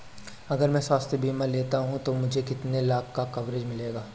अगर मैं स्वास्थ्य बीमा लेता हूं तो मुझे कितने लाख का कवरेज मिलेगा?